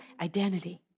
identity